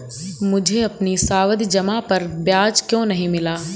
मुझे अपनी सावधि जमा पर ब्याज क्यो नहीं मिला?